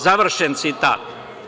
Završen citat.